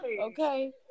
Okay